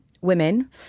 women